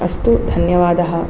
अस्तु धन्यवादः